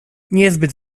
niezbyt